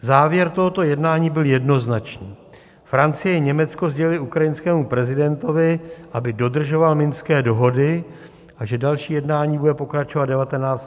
Závěr tohoto jednání byl jednoznačný: Francie, Německo sdělily ukrajinskému prezidentovi, aby dodržoval minské dohody a že další jednání bude pokračovat 19.